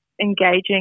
engaging